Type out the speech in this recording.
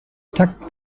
takt